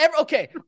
Okay